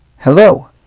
Hello